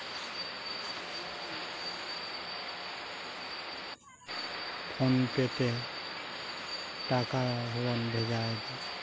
phone ᱯᱮ ᱛᱮ ᱴᱟᱠᱟ ᱵᱚᱱ ᱵᱷᱮᱡᱟᱭᱫᱟ